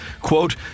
quote